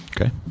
Okay